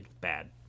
bad